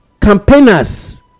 campaigners